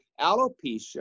alopecia